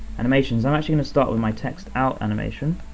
animations, i'm actually gonna start with my text out animation,